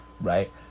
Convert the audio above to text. Right